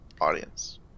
audience